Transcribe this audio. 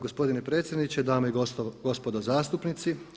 Gospodine potpredsjedniče, dame i gospodo zastupnici.